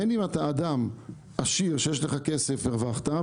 אם אתה אדם עשיר שיש לך כסף הרווחת.